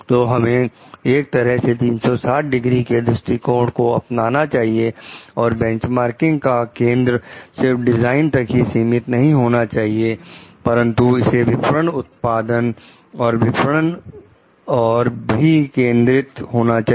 तो हमें एक तरह से 360 डिग्री के दृष्टिकोण को अपनाना चाहिए और बेंचमार्किंग का केंद्र सिर्फ डिजाइन तक ही सीमित नहीं होना चाहिए परंतु इसे विपणन उत्पादन और विपणन और भी केंद्रित होना चाहिए